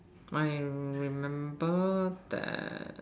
my remember that